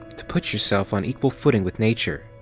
to put yourself on equal footing with nature.